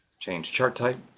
change chart type,